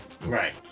Right